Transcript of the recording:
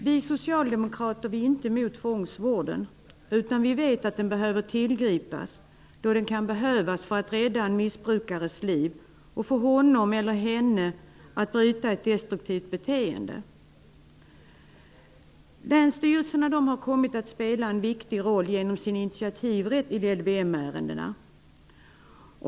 Vi socialdemokrater är inte emot tvångsvården, utan vi vet att den behöver tillgripas, då den kan behövas för att rädda en missbrukares liv och få honom eller henne att bryta ett destruktivt beteende. Länsstyrelserna har kommit att spela en viktig roll genom sin initiativrätt i LVM-ärendena.